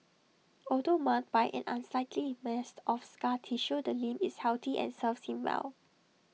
although marred by an unsightly mass of scar tissue the limb is healthy and serves him well